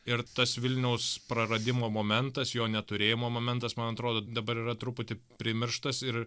ir tas vilniaus praradimo momentas jo neturėjimo momentas man atrodo dabar yra truputį primirštas ir